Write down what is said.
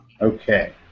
Okay